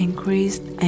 Increased